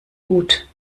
gut